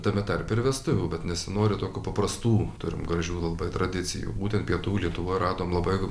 tame tarpe ir vestuvių bet nesinori tokių paprastų turim gražių labai tradicijų būtent pietų lietuvoj radome labai